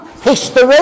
history